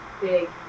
big